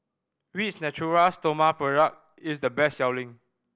which Natura Stoma product is the best selling